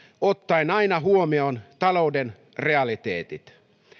ottaen aina huomioon talouden realiteetit